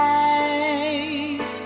eyes